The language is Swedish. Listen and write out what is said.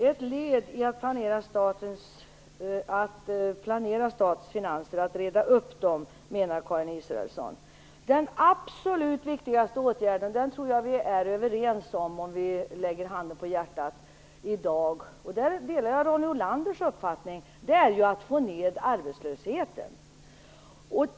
Herr talman! Karin Israelsson menar att detta är ett led i att sanera och reda upp statens finanser. Jag tror att vi är överens, om vi lägger handen på hjärtat, om att den absolut viktigaste åtgärden i dag är att få ned arbetslösheten. Där delar jag Ronny Olanders uppfattning.